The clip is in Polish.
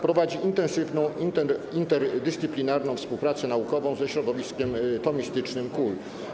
Prowadzi intensywną, interdyscyplinarną współpracę naukową ze środowiskiem tomistycznym KUL.